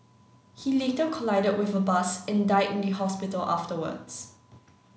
he later collided with a bus and died in the hospital afterwards